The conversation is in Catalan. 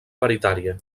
paritària